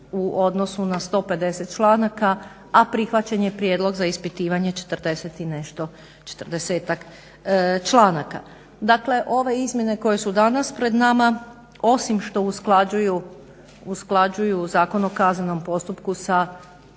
u odnosu na 150 članaka, a prihvaćen je prijedlog za ispitivanje 40-tak članaka. Dakle ove izmjene koje su danas pred nama osim što usklađuju Zakon o kaznenom postupku sa